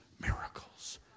miracles